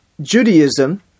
Judaism